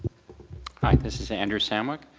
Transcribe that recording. hi. this is andrew samwick.